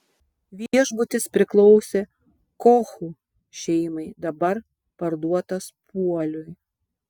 viešbutis priklausė kochų šeimai dabar parduotas puoliui